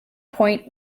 point